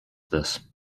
this